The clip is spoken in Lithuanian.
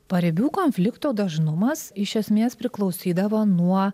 paribių konfliktų dažnumas iš esmės priklausydavo nuo